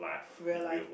real life